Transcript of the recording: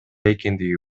экендиги